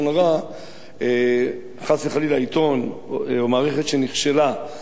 חס וחלילה עיתון או מערכת שנכשלה בהוצאת שם רע על